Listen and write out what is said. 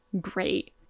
great